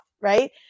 right